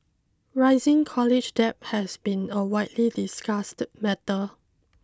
rising college debt has been a widely discussed matter